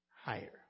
higher